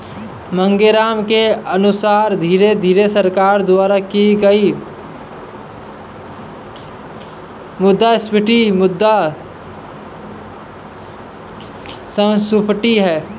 मांगेराम के अनुसार धीरे धीरे सरकार द्वारा की गई मुद्रास्फीति मुद्रा संस्फीति है